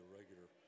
regular